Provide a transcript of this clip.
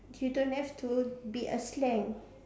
you don't have to be a slang